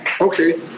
Okay